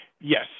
Yes